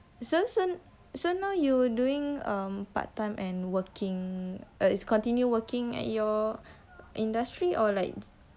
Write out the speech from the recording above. so now you doing um a part time and working it's continue working at your industry or like on break too